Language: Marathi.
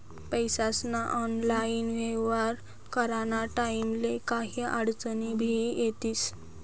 पैसास्ना ऑनलाईन येव्हार कराना टाईमले काही आडचनी भी येतीस